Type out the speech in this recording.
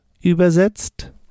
übersetzt